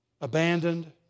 abandoned